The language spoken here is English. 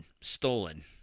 stolen